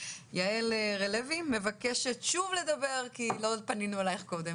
יעל רלוי מבקשת שוב לדבר כי לא פנינו אלייך קודם.